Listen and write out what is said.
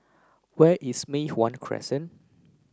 where is Mei Hwan Crescent